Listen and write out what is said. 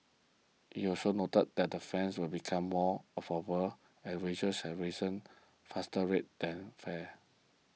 he also noted that fares will become more affordable as wages have risen faster rate than fares